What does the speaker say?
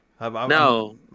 No